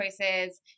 choices